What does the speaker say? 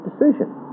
decision